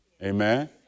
Amen